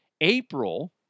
April